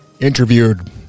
interviewed